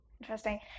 Interesting